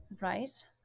Right